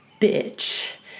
bitch